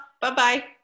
Bye-bye